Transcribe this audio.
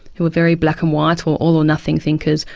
who were very black and white, or all-or-nothing thinkers,